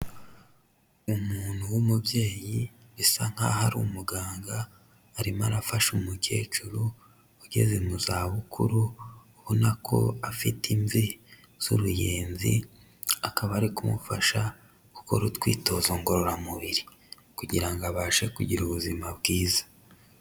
Umuntu w'umubyeyi bisa nkaho ari umuganga, arimo arafasha umukecuru ugeze mu zabukuru ubona ko afite imvi z'uruyenzi, akaba ari kumufasha gukora utwitozo ngororamubiri kugira ngo abashe kugira ubuzima bwiza.